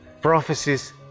prophecies